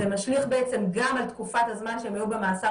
זה משליך גם על תקופת הזמן שהם היו במאסר